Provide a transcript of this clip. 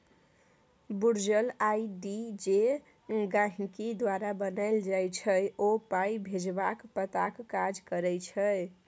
virtual ID जे गहिंकी द्वारा बनाएल जाइ छै ओ पाइ भेजबाक पताक काज करै छै